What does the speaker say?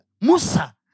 Musa